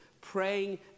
praying